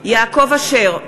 יעקב אשר,